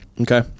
Okay